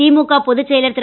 திமுக பொதுச் செயலர் திரு